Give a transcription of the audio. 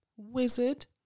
wizard